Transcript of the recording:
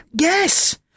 Yes